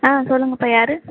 ஆ சொல்லுங்கப்பா யார்